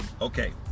Okay